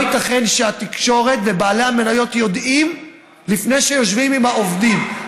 לא ייתכן שהתקשורת ובעלי המניות יודעים לפני שיושבים עם העובדים.